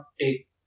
take